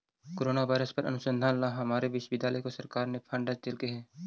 corona virus पर अनुसंधान ला हमारे विश्वविद्यालय को सरकार ने फंडस देलकइ हे